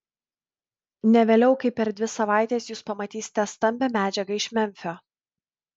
ne vėliau kaip per dvi savaites jūs pamatysite stambią medžiagą iš memfio